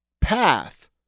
path